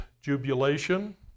jubilation